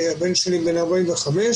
הבן שלי בן 45,